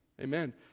Amen